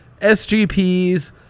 SGPs